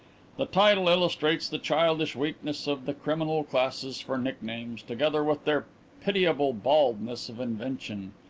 the title illustrates the childish weakness of the criminal classes for nicknames, together with their pitiable baldness of invention.